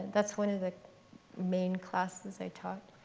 that's one of the main classes i taught.